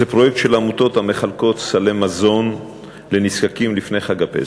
זה פרויקט של עמותות המחלקות סלי מזון לנזקקים לפני חג הפסח.